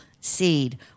seed